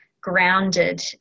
grounded